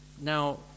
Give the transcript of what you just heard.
now